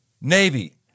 Navy